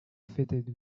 fitted